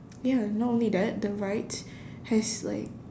ya not only that the rides has like